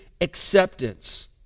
acceptance